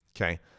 Okay